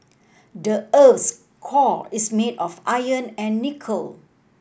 the earth's core is made of iron and nickel